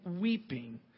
weeping